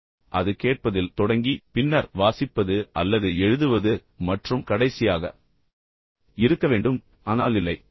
உண்மையில் அது கேட்பதில் தொடங்கி பின்னர் வாசிப்பது அல்லது எழுதுவது மற்றும் கடைசியாக இருக்க வேண்டும் ஆனால் இல்லை